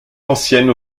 ancienne